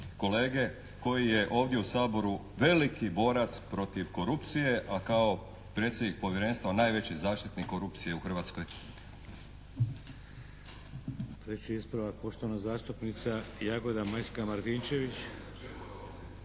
kolege koji je ovdje u Saboru veliki borac protiv korupcije a kao predsjednik povjerenstva najveći zaštitnik korupcije u Hrvatskoj.